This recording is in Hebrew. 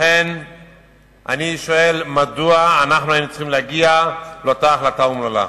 לכן אני שואל: מדוע אנחנו היינו צריכים להגיע לאותה החלטה אומללה?